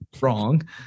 Wrong